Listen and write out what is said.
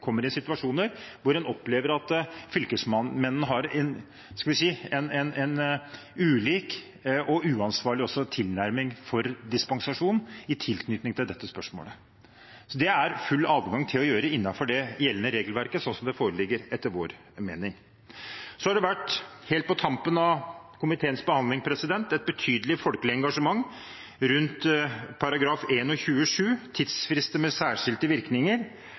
kommer i situasjoner hvor en opplever at fylkesmennene har en, skal vi si, ulik og uansvarlig tilnærming til dispensasjon i tilknytning til dette spørsmålet. Så det er det etter vår mening full adgang til å gjøre innenfor det gjeldende regelverket, sånn som det foreligger. Så har det helt på tampen av komiteens behandling vært et betydelig folkelig engasjement rundt § 21-7, tidsfrister med særskilte virkninger,